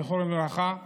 זכרו לברכה.